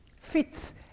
fits